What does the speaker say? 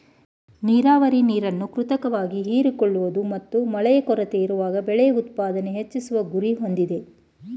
ನೀರಾವರಿ ನೀರನ್ನು ಕೃತಕವಾಗಿ ಹೀರಿಕೊಳ್ಳುವುದು ಮತ್ತು ಮಳೆ ಕೊರತೆಯಿರುವಾಗ ಬೆಳೆ ಉತ್ಪಾದನೆ ಹೆಚ್ಚಿಸುವ ಗುರಿ ಹೊಂದಿದೆ